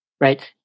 Right